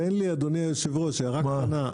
תן לי אדוני היושב ראש הערה קטנה,